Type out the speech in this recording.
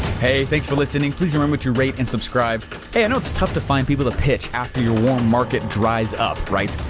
hey thanks for listening. please remember to rate and subscribe hey i know it's tough to find people pitch after your warm market dries up, right?